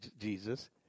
Jesus